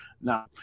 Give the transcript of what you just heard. now